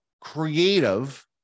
creative